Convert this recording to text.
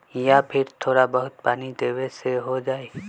या फिर थोड़ा बहुत पानी देबे से हो जाइ?